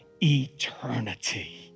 eternity